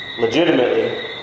legitimately